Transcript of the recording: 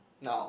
now